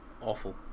Awful